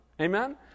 amen